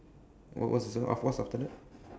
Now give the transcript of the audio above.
what's what's the after that